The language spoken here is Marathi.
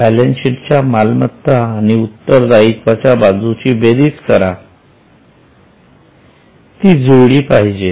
बॅलन्सशीट च्या मालमत्ता आणि उत्तरदायित्वाच्या बाजूची बेरीज करा ती जुळली पाहिजे